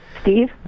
Steve